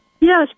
Yes